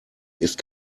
ist